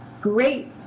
great